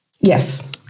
Yes